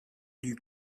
lui